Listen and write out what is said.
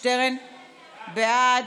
שטרן, בעד,